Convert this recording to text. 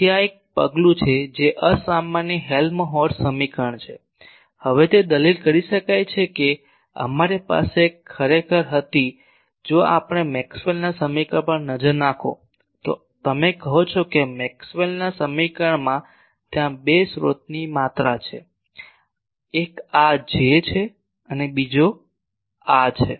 તેથી આ એક પગલું છે જે અસામાન્ય હેલ્મહોલ્ટ્ઝ સમીકરણ છે હવે તે દલીલ કરી શકાય છે કે અમારી પાસે ખરેખર હતી જો આપણે મેક્સવેલના સમીકરણ પર નજર નાખો તો તમે કહો છો મેક્સવેલના સમીકરણમાં ત્યાં બે સ્રોતની માત્રા છે એક આ J છે અને બીજો આ રહો છે